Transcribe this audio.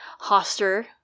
Hoster